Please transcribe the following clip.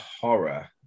horror